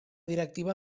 directiva